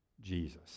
Jesus